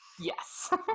Yes